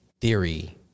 theory